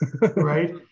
right